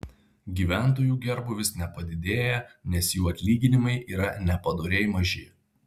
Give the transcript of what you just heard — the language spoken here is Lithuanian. gyventojų gerbūvis nepadidėja nes jų atlyginimai yra nepadoriai maži